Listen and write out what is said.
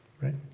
right